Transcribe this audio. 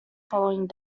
following